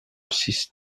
six